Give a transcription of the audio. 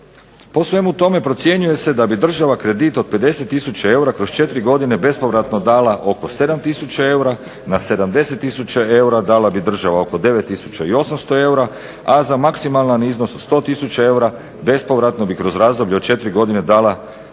Po svemu tome procjenjuje se da bi država kredit od 50 tisuća eura kroz 4 godine bespovratno dala oko 7 tisuća, na 70 tisuća eura dala bi država oko 9 tisuća i 800 eura, a za maksimalan iznos od 100 tisuća eura bespovratno bi kroz razdoblje od 4 godine dala oko